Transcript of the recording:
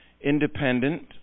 independent